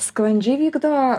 sklandžiai vykdo